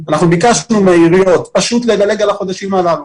ביקשנו מהעיריות לדלג על החודשים האלה,